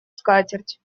скатерть